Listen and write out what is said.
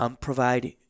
provide